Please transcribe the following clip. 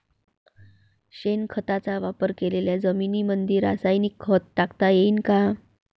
शेणखताचा वापर केलेल्या जमीनीमंदी रासायनिक खत टाकता येईन का?